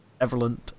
Everland